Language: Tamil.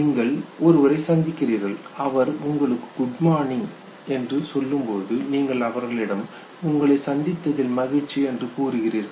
நீங்கள் ஒருவரை சந்திக்கிறார்கள் அவர் உங்களுக்கு குட்மார்னிங் சொல்லும் பொழுது நீங்கள் அவர்களிடம் "உங்களை சந்தித்ததில் மகிழ்ச்சி" என்று கூறுகிறீர்கள்